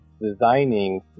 designing